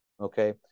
Okay